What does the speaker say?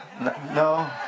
no